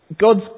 God's